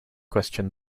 questioned